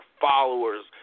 followers